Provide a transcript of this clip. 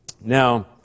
Now